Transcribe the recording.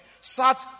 sat